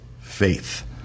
faith